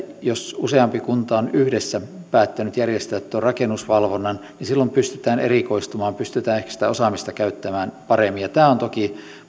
jos useampi kunta on yhdessä päättänyt järjestää rakennusvalvonnan niin silloin pystytään erikoistumaan pystytään ehkä sitä osaamista käyttämään paremmin tämä on toki